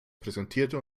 präsentierte